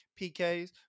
PKs